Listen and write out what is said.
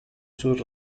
sus